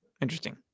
interesting